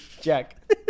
Jack